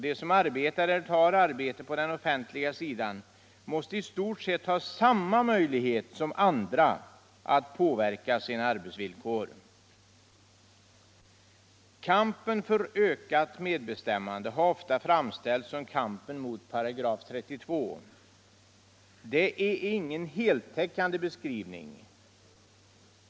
De som arbetar eller tar arbete på den offentliga sidan måste i stort sett ha samma möjlighet som andra att påverka sina arbetsvillkor. Kampen för ökat medbestämmande har ofta framställts som kampen mot § 32. Det är ingen heltäckande beskrivning.